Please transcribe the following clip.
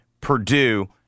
Purdue